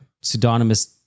pseudonymous